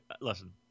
listen